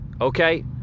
okay